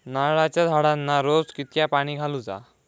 नारळाचा झाडांना रोज कितक्या पाणी घालुचा?